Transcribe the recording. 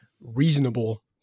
reasonable